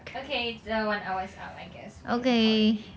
okay so one hour is up I guess we can call it a day